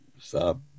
stop